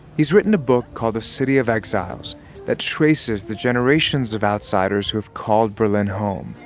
he's written a book called the city of exiles that traces the generations of outsiders who have called berlin home